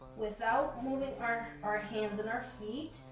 without moving our our hands and our feet,